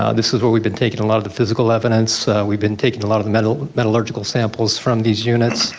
um this is where we've been taking a lot of the physical evidence, we've been taking a lot of the metallurgical samples from these units.